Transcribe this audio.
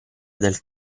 del